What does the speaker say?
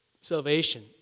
salvation